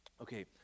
Okay